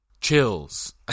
Chills